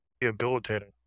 debilitating